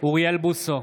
אוריאל בוסו,